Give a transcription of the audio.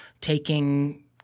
taking